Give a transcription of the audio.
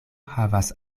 havas